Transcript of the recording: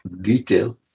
detail